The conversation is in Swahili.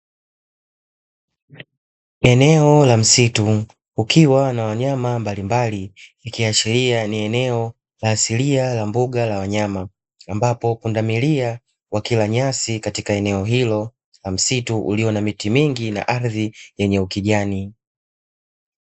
Eneo la msitu ukiwa na wanyama mbalimbali ikiashiria ni eneo asilia la mbuga la wanyama, ambapo pundamilia wakila nyasi katika eneo hilo la misitu iliyo na miti mingi na ardhi yenye ukijani.